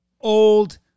old